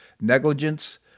negligence